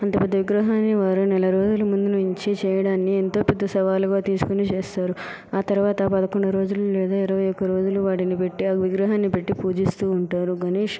అంత పెద్ద విగ్రహాన్ని వారు నెలరోజుల ముందునుంచి చేయడాన్ని ఎంతో పెద్ద సవాలుగా తీసుకొని చేస్తారు ఆ తరువాత పదకొండు రోజులు లేదా ఇరవై ఒక రోజులు వాటిని పెట్టి ఆ విగ్రహాన్ని పెట్టి పూజిస్తూ ఉంటారు గణేష్